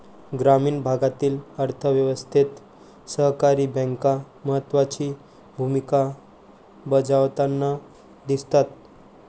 ग्रामीण भागातील अर्थ व्यवस्थेत सहकारी बँका महत्त्वाची भूमिका बजावताना दिसतात